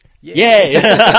Yay